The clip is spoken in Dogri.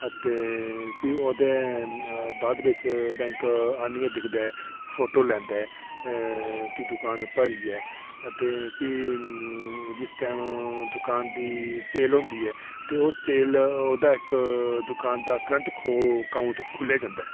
ते भी ओह्दे बाद बिच बैंक आहनियै दिखदा ऐ ते फोटो लैंदा ऐ कि दुकान भरियै ते भी उस टाईम दुकान दी सेल होंदी ऐ ते ओह् सेल दुकान दा इक्क करंट ओह् अकांऊट खुल्लेआ जंदा ऐ